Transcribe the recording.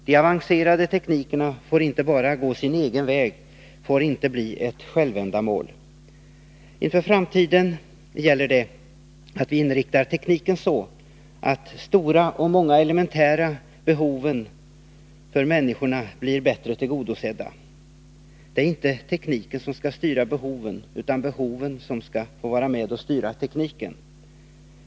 De avancerade teknikerna får inte bara gå sin egen väg — de får inte bli ett självändamål. Inför framtiden gäller det att vi inriktar tekniken så, att de stora och de många elementära behoven för människorna blir bättre tillgodosedda. Det är inte tekniken som skall styra behoven, utan det är behoven som skall få vara med och styra tekniken.